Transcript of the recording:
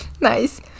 Nice